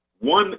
One